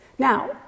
Now